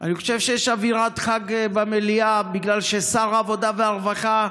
אני חושב שיש אווירת חג במליאה בגלל ששר העבודה והרווחה,